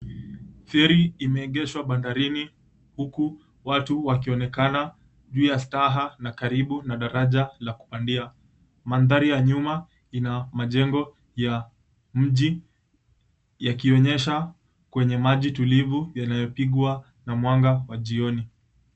Feri imeegeshwa bandarini huku watu wakionekana juu ya staha na karibu na daraja la kupandia. Mandhari ya nyuma ina majengo ya mji yakionyesha kwenye maji tulivu yanayopigwa na mwanga wa jioni.